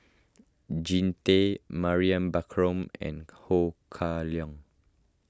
Jean Tay Mariam Baharom and Ho Kah Leong